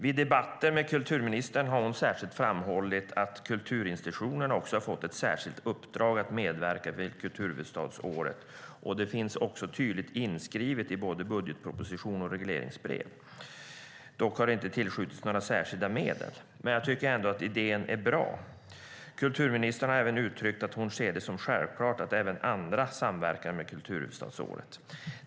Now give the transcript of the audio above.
I debatter har kulturministern särskilt framhållit att kulturinstitutionerna har fått ett särskilt uppdrag att medverka vid kulturhuvudstadsåret, och det finns också tydligt inskrivet i både budgetproposition och regleringsbrev. Dock har det inte tillskjutits några särskilda medel, men jag tycker ändå att idén är bra. Kulturministern har även uttryckt att hon ser det som självklart att även andra samverkar med kulturhuvudstadsåret.